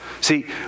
See